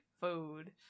Food